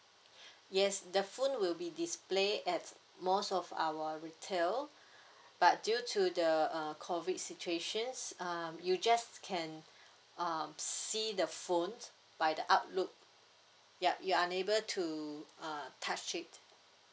yes the phone will be display at most of our retail but due to the uh COVID situations um you just can uh see the phones by the outlook yup you're unable to uh touch it